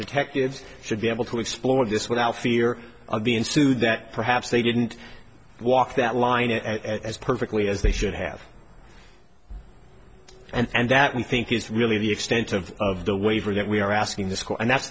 detectives should be able to explore this without fear of being sued that perhaps they didn't walk that line it as perfectly as they should have and that we think is really the extent of of the waiver that we are asking this court and that's